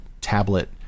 tablet